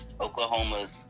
Oklahoma's